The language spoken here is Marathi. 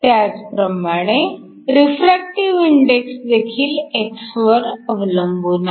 त्याचप्रमाणे रिफ्रॅक्टिव्ह इंडेक्स देखील x वर अवलंबून आहे